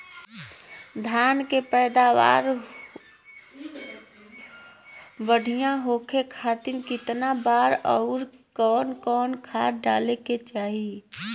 धान के पैदावार बढ़िया होखे खाती कितना बार अउर कवन कवन खाद डाले के चाही?